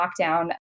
lockdown